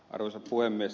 arvoisa puhemies